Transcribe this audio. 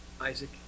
Isaac